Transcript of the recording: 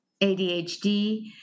ADHD